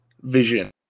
vision